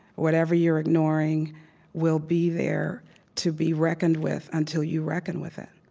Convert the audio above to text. whatever you're ignoring will be there to be reckoned with until you reckon with it.